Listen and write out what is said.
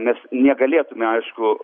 mes negalėtume aišku